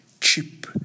cheap